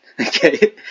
Okay